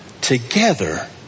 Together